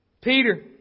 Peter